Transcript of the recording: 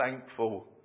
thankful